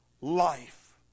life